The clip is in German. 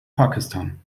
pakistan